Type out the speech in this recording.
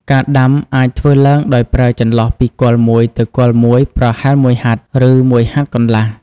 ការដាំអាចធ្វើឡើងដោយប្រើចន្លោះពីគល់មួយទៅគល់មួយប្រហែលមួយហត្ថ ឬមួយហត្ថកន្លះ។